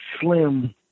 slim